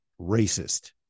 racist